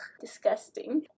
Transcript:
disgusting